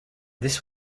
this